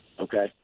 Okay